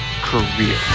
career